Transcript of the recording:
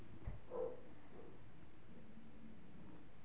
टमाटर की खेती करने के लिए कितने अनुपात का पानी आवश्यक है?